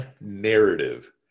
narrative